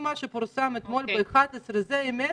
אם מה שפורסם אתמול בערוץ 11 הוא אמת